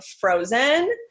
frozen